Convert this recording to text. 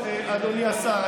אדוני השר,